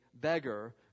beggar